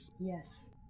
Yes